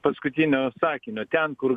paskutinio sakinio ten kur